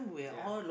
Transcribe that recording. ya